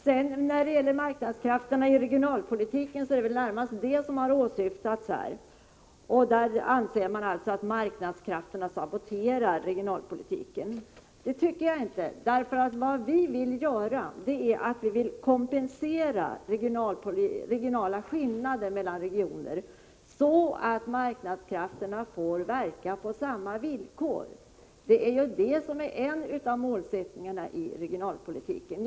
Det är väl närmast marknadskrafterna i regionalpolitiken som har åsyftats här. Man anser alltså att marknadskrafterna saboterar regionalpolitiken. Det tycker jag inte. Vad vi vill göra är att kompensera skillnader mellan regioner, så att marknadskrafterna får verka på samma villkor. Det är ju en av målsättningarna i regionalpolitiken.